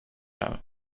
out